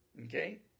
okay